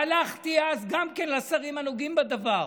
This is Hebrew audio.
והלכתי אז גם כן לשרים הנוגעים בדבר.